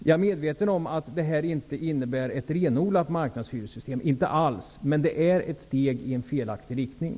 Jag är medveten om att det inte innebär ett renodlat marknadshyressystem. Men det är ett steg i fel riktning.